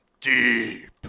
deep